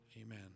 Amen